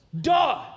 Duh